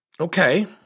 okay